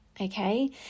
Okay